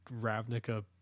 Ravnica